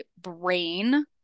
brain